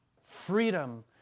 Freedom